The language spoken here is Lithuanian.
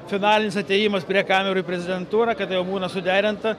finalinis atėjimas prie kamerų į prezidentūrą kada jau būna suderinta